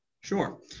Sure